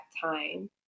time